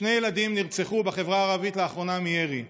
שני ילדים נרצחו בחברה הערבית מירי לאחרונה.